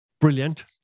brilliant